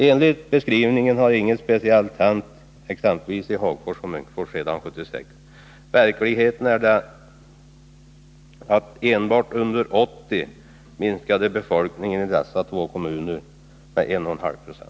Enligt beskrivningen har inget speciellt hänt i exempelvis Hagfors och Munkfors sedan 1976. Verkligheten är den, att enbart under 1980 minskade befolkningen i dessa två kommuner med 1,5 96.